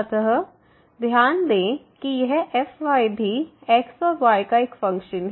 अतः ध्यान दें कि यह fy भी x और y का एक फंक्शन है